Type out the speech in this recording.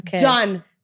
done